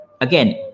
Again